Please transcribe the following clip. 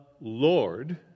Lord